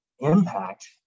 impact